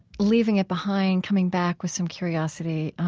leaving it behind, coming back with some curiosity,